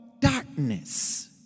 darkness